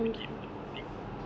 to make it more thick